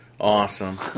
Awesome